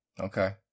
Okay